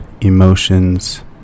emotions